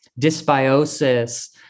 dysbiosis